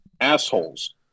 assholes